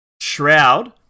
Shroud